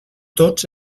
tots